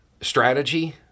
strategy